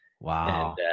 Wow